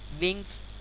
wings